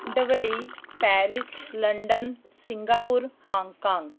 Dubai Paris London Singapore Hong Kong